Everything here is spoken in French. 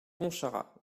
pontcharrat